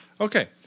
Okay